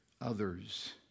others